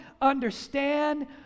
understand